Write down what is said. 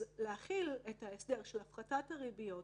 אז להחיל את ההסדר של הפחתת הריביות